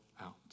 out